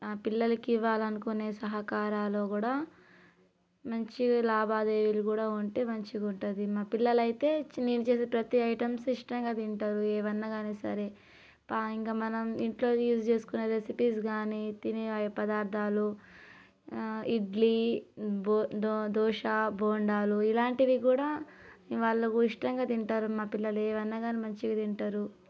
ఆ పిల్లలకి ఇవ్వాలనుకునే సహకారాలు కూడా మంచి లాబాదేవీలు కూడా ఉంటే మంచిగా ఉంటుంది మా పిల్లలు అయితే నేను చేసే ప్రతి ఐటమ్స్ ఇష్టంగా తింటారు ఏవైనా కానీ సరే ఇంకా మనం ఇంట్లో యూస్ చేసుకునే రెసిపీస్ కాని తినే పదార్థాలు ఇడ్లీ దో దోశ బోండాలు ఇలాంటివి కూడా వాళ్ళు ఇష్టంగా తింటారు మా పిల్లలు ఏమన్నా కానీ మంచిగా తింటారు